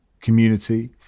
community